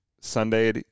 Sunday